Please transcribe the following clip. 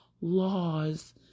laws